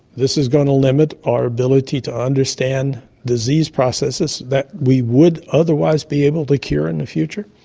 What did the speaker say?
this is going to limit our ability to understand disease processes that we would otherwise be able to cure in the future.